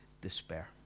despair